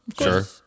sure